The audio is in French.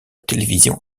télévision